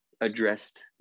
addressed